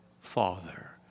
Father